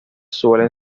suelen